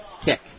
kick